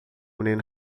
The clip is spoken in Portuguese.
menino